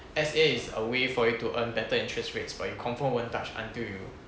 S_A is a way for you to earn better interest rates but you confirm won't touch until you